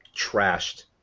trashed